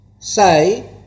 Say